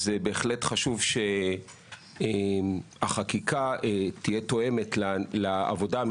בהחלט חשוב שהחקיקה תהיה תואמת לעבודה המקצועית.